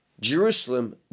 jerusalem